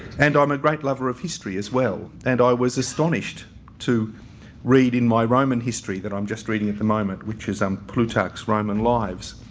and i'm a great lover of history as well. and i was astonished to read in my roman history that i'm just reading at the moment, which is plutarch's, roman lives.